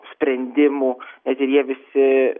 sprendimų net ir jie visi